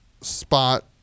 spot